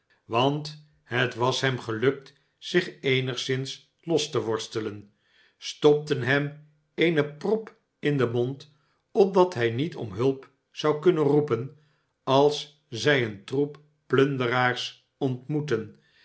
want het was hem gelukt zich eenigszins los te worstelen stopten hem eene prop in den mond opdat hij niet om hulp zou kunnen roepen als zij een troep plunderaara ontmoetten